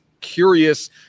curious